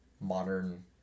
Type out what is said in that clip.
modern